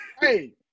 Hey